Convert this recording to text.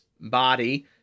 body